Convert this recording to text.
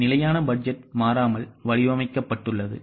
எனவே நிலையான பட்ஜெட் மாறாமல் வடிவமைக்கப் பட்டுள்ளது